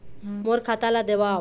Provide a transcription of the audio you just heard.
मोर खाता ला देवाव?